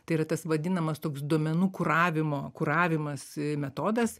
tai yra tas vadinamas toks duomenų kuravimo kuravimas metodas